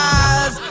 eyes